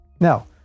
Now